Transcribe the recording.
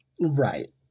Right